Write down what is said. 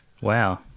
Wow